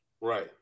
Right